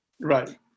Right